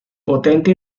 potente